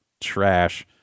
trash